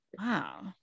Wow